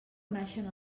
naixen